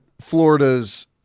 Florida's